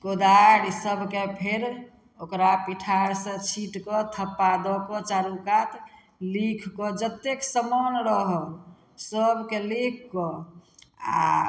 कोदारि सबके फेर ओकरा पीठारसँ छीट कऽ थप्पा दऽ कऽ चारु कात लिख कऽ जतेक समान रहल सबके लिख कऽ आ